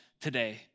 today